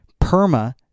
PERMA